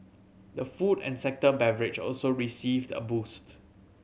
the food and sector beverage also received a boost